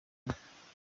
kuba